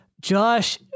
Josh